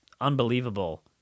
unbelievable